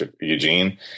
Eugene